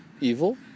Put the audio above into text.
evil